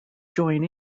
join